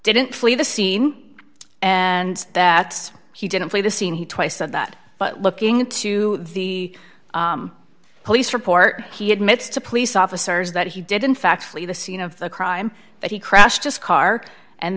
didn't flee the scene and that he didn't flee the scene he twice said that but looking into the police report he admits to police officers that he did in fact flee the scene of the crime that he crashed just car and